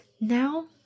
now